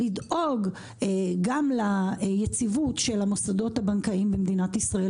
לדאוג גם ליציבות של המוסדות הבנקאים במדינת ישראל,